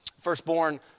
Firstborn